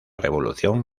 revolución